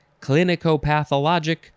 clinicopathologic